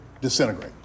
disintegrate